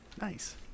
Nice